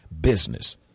business